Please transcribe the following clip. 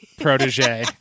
protege